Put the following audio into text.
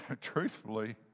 Truthfully